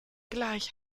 gleich